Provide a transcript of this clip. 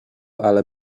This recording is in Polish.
ale